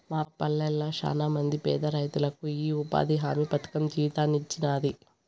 మా పల్లెళ్ళ శానమంది పేదరైతులకు ఈ ఉపాధి హామీ పథకం జీవితాన్నిచ్చినాది